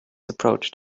approached